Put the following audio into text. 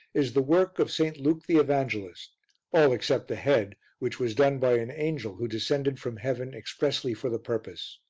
is the work of st. luke the evangelist all except the head which was done by an angel who descended from heaven expressly for the purpose.